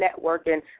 networking